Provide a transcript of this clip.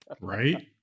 right